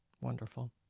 Wonderful